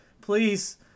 please